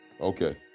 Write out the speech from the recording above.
Okay